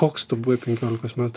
koks tu buvai penkiolikos metų